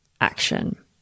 action